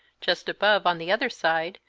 just above, on the other side,